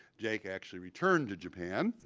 jake actually returned to japan